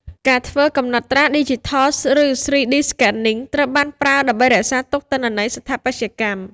ការធ្វើកំណត់ត្រាឌីជីថល (ឬ 3D Scanning) ត្រូវបានប្រើដើម្បីរក្សាទុកទិន្នន័យស្ថាបត្យកម្ម។